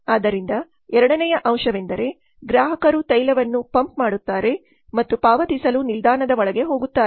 ಆದ್ದರಿಂದ ಎರಡನೆಯ ಅಂಶವೆಂದರೆ ಗ್ರಾಹಕರು ತೈಲವನ್ನು ಪಂಪ್ ಮಾಡುತ್ತಾರೆ ಮತ್ತು ಪಾವತಿಸಲು ನಿಲ್ದಾಣದ ಒಳಗೆ ಹೋಗುತ್ತಾರೆ